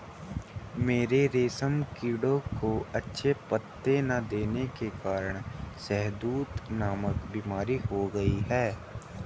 मेरे रेशम कीड़ों को अच्छे पत्ते ना देने के कारण शहदूत नामक बीमारी हो गई है